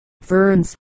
ferns